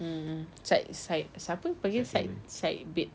mm mm side side siapa panggil side side bed